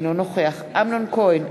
אינו נוכח אמנון כהן,